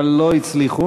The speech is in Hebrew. אבל לא הצליחו: